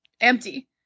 empty